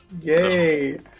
Yay